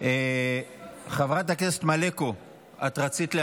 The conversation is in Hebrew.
חבר הכנסת סעדה, פעם שלישית.